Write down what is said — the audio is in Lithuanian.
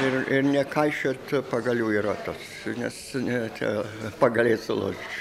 ir ir nekaišiot pagalių į ratus nes ne čia pagaliai sulūš